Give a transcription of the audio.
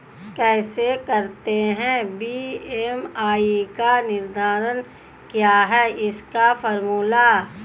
कैसे करते हैं बी.एम.आई का निर्धारण क्या है इसका फॉर्मूला?